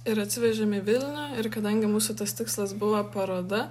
ir atsivežėm į vilnių ir kadangi mūsų tas tikslas buvo paroda